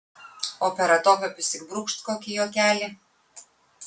o per atokvėpius tik brūkšt kokį juokelį